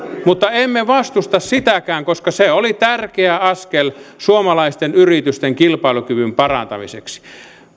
mutta emme vastusta sitäkään koska se oli tärkeä askel suomalaisten yritysten kilpailukyvyn parantamiseksi